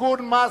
(תיקון מס'